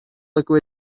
liquid